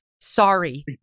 Sorry